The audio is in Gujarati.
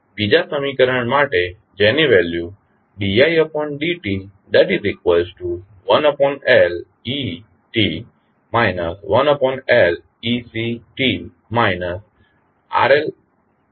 બીજા સમીકરણ માટે જેની value d id t1Let 1Lec RLi છે